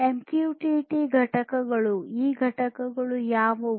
MQTT ಘಟಕಗಳು ಈ ಘಟಕಗಳು ಯಾವುವು